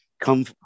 come